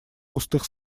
густых